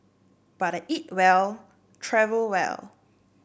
but I eat well travel well